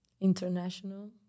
international